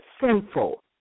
sinful